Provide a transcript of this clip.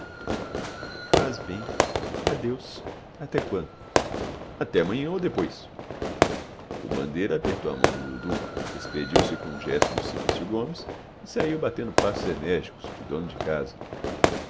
faz bem adeus até quando até amanhã ou depois o bandeira apertou a mão de dudu despediu-se com um gesto do simplício comes e saiu batendo passos enérgicos de dono de casa